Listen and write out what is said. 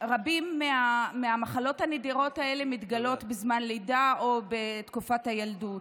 שרבות מהמחלות הנדירות האלה מתגלות בזמן לידה או בתקופת הילדות.